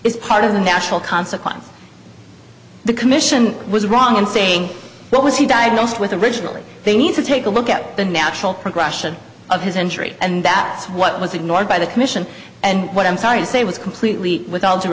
is part of the natural consequence the commission was wrong in saying what was he diagnosed with originally they need to take a look at the natural progression of his entry and that's what was ignored by the commission and what i'm sorry to say was completely with all due